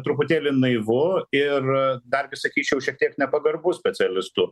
truputėlį naivu ir dargi sakyčiau šiek tiek nepagarbu specialistų